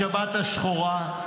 השבת השחורה,